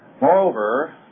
Moreover